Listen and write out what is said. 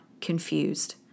confused